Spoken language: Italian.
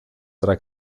tra